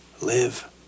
live